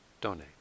donate